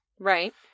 Right